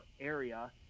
area